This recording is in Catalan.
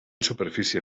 superfície